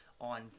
on